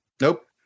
Nope